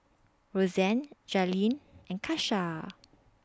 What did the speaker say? Rozanne Jailene and Kesha